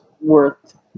worth